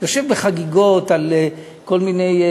יושב בחגיגות על כל מיני,